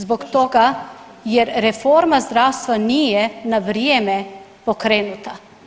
Zbog toga jer reforma zdravstva nije na vrijeme pokrenuta.